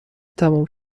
تموم